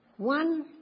One